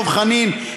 דב חנין,